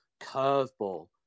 curveball